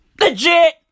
Legit